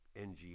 NGA